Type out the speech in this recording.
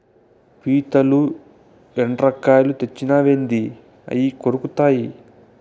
పీతలు, ఎండ్రకాయలు తెచ్చినావేంది అయ్యి కొరుకుతాయి